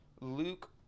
Luke